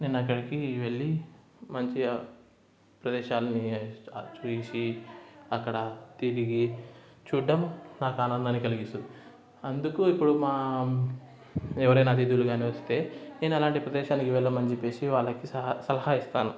నేను అక్కడికి వెళ్ళి మంచిగా ప్రదేశాలని చూసి అక్కడ తిరిగి చూడడం నాకు ఆనందాన్ని కలిగిస్తుంది అందుకు ఇప్పుడు మా ఎవరైనా అతిథులు కాని వస్తే నేను అలాంటి ప్రదేశానికి వెళ్ళమని చెప్పేసి వాళ్ళకి సహా సలహా ఇస్తాను